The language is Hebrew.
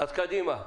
אז קדימה.